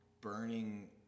burning